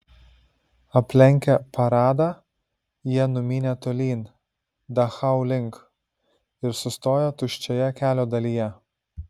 aplenkę paradą jie numynė tolyn dachau link ir sustojo tuščioje kelio dalyje